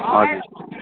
हजुर